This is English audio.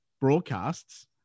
broadcasts